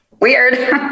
Weird